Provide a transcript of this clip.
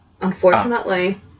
unfortunately